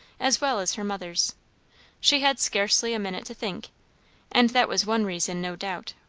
as well as her mother's she had scarcely a minute to think and that was one reason, no doubt,